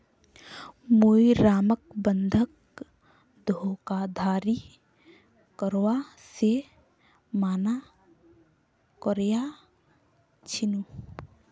मुई रामक बंधक धोखाधड़ी करवा से माना कर्या छीनु